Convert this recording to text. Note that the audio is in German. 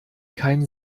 keinen